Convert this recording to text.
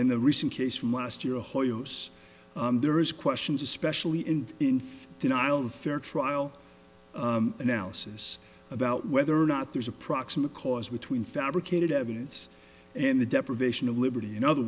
in the recent case from last year hoyos there is questions especially in in denial of fair trial analysis about whether or not there's a proximate cause between fabricated evidence and the deprivation of liberty in other